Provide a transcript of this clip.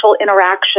interaction